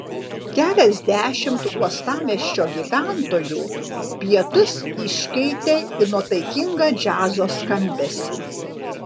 keliasdešimt uostamiesčio gyventojų pietus iškeitė į nuotaikingą džiazo skambesį